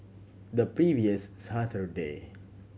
the previous Saturday